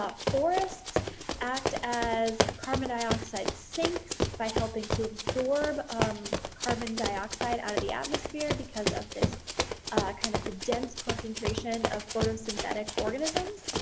forests act as carbon dioxide sinks by helping to absorb um carbon dioxide out of the atmosphere because of this kind of dense concentration of photosynthetic organisms.